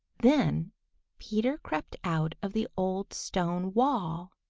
then peter crept out of the old stone wall.